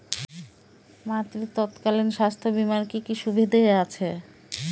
মাতৃত্বকালীন স্বাস্থ্য বীমার কি কি সুবিধে আছে?